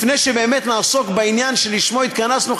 לפני שבאמת נעסוק בעניין שלשמו התכנסנו,